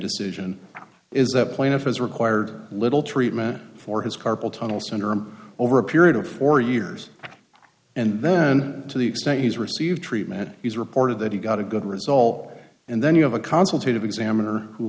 decision is that plaintiff is required little treatment for his carpal tunnel syndrome over a period of four years and then to the extent he's received treatment he's reported that he got a good result and then you have a consultation examiner who